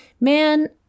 man